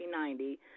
1990